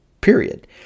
Period